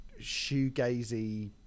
shoegazy